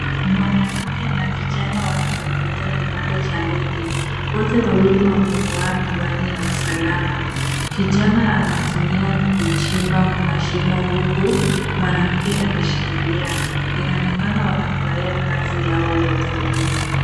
Mwanamke na kijana wanatengeneza kibanda cha ndege. Wote wawili wamevaa miwani ya usalama. Kijana anatumia kuchimba mashimo huku mwanamke akishikilia. Inaonekana wanafurahia kazi yao ya ufundi.